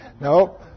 No